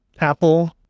Apple